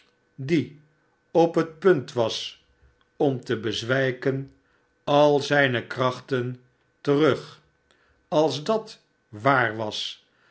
die op het punt was om te bezwijken al zijne krachten terugals dat waar was